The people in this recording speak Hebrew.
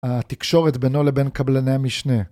התקשורת בינו לבין קבלני המשנה.